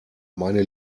meine